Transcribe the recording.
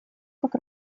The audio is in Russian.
как